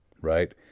right